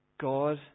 God